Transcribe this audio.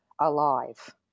alive